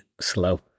slow